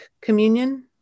communion